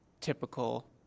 typical